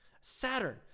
Saturn